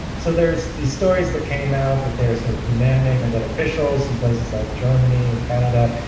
so there's these stories that came out that they're sort of demanding and that officials in places like germany and canada,